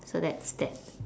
so that's that